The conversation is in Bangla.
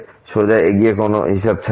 সোজা এগিয়ে কোন হিসাব ছাড়াই